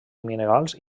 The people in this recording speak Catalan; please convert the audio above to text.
minerals